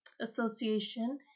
association